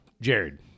Jared